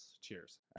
cheers